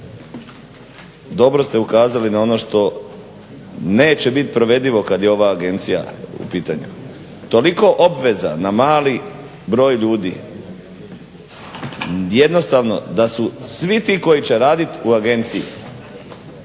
Dobro ste ukazali na ono što neće bit provedivo kad je ova agencija u pitanju. Toliko obveza na mali broj ljudi. Jednostavno da su svi ti koji će raditi u agenciji